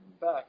back